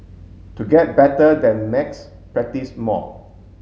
to get better than maths practise more